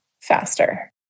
faster